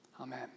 Amen